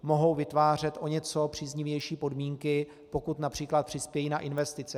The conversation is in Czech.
Mohou vytvářet o něco příznivější podmínky, pokud například přispějí na investice.